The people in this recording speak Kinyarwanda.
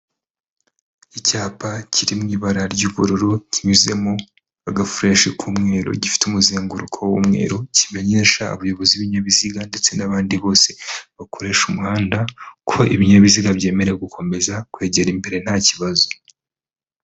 Icyapa kiri mu ibara ry'ubururu kinyuzemo agafureshi k'umweru, gifite umusemburuko w'umweru, kimenyesha abayobozi b'ibinyabiziga ndetse n'abandi bose bakoresha umuhanda ko ibinyabiziga byemerewe gukomeza kwegera imbere nta kibazo.